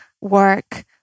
work